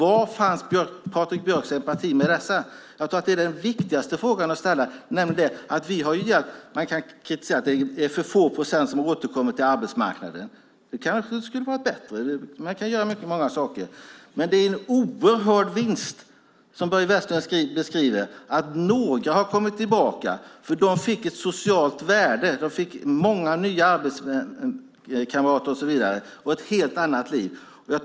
Var fanns Patrik Björcks empati med dessa? Det är den viktigaste frågan att ställa. Vi kan kritisera att det är för få i procenttal som kommer tillbaka till arbetsmarknaden. Det kanske kan bli bättre, och det är mycket som kan göras. Men det är en oerhörd vinst - som Börje Vestlund beskriver - att några har kommit tillbaka. De har fått ett socialt värde, nya arbetskamrater och ett helt annat liv.